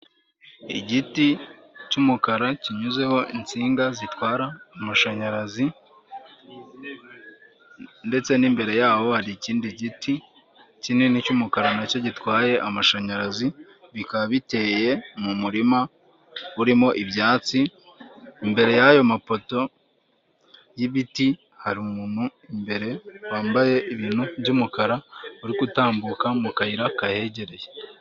Igiti cy'umukara kinyuzeho insinga zitwara amashanyarazi ndetse n'imbere yaho, hari ikindi giti kinini cy'umukara nacyo gitwaye amashanyarazi, bikaba bite mu murima urimo ibyatsi, imbere y'ayo mapoto y'ibiti, hari umuntu imbere wambaye ibintu by'umukara urigutambuka mu kayira kahegereye.